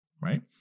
Right